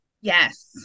Yes